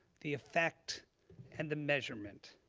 the effect and the measurement.